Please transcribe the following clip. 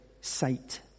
sight